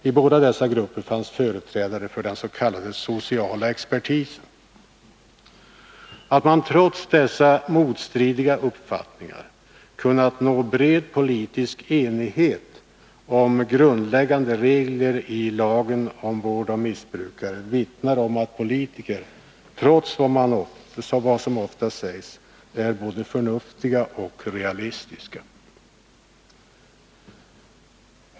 I båda dessa grupper fanns företrädare för den s.k. sociala expertisen. Att man trots dessa motstridiga uppfattningar kunnat nå bred politisk enighet om grundläggande regler i lagen om vård av missbrukare vittnar om att politiker, trots vad som ofta sägs, är både förnuftiga och realistiska.